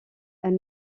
elle